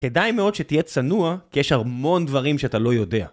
כדאי מאוד שתהיה צנוע כי יש המון דברים שאתה לא יודע